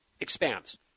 Expands